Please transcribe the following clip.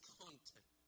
content